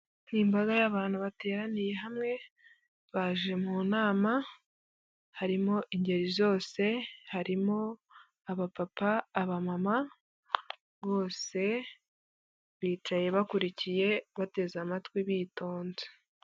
Imbaga y'abantu bateraniye hamwe baje mu nama harimo ingeri zose harimo aba papa aba mama bose bicaye bakurikiye bateze amatwi bitonze.